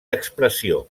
expressió